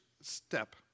step